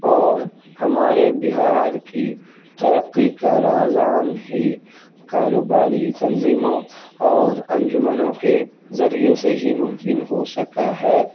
اور ہمارے بہار کی ترقی کا رازان ہی کاروباری تنظیموں اور انجمنوں کے ذریعے سے ہی ممکن ہو سکا ہے